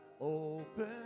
open